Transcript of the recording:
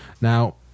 Now